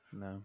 No